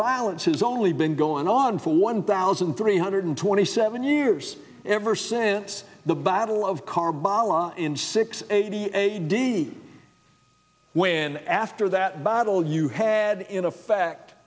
violence has only been going on for one thousand three hundred twenty seven years ever since the battle of karbala in six eighty eight d when after that battle you had in effect